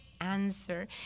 answer